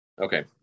Okay